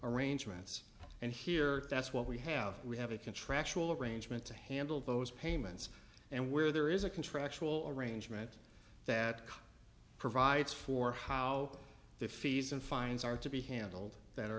arrangements and here that's what we have we have a contractual arrangement to handle those payments and where there is a contractual arrangement that provides for how the fees and fines are to be handled